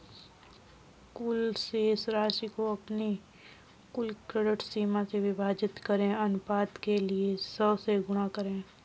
कुल शेष राशि को अपनी कुल क्रेडिट सीमा से विभाजित करें और अनुपात के लिए सौ से गुणा करें